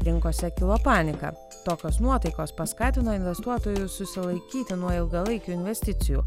rinkose kilo panika tokios nuotaikos paskatino investuotojus susilaikyti nuo ilgalaikių investicijų